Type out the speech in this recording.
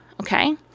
Okay